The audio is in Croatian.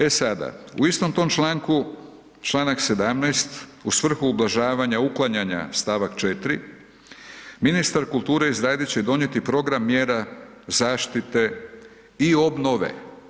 E sada, u istom tom članku, članak 17. u svrhu ublažavanja, uklanjanja, stavak 4., ministar kulture izradit će i donijeti program mjera zaštite i obnove.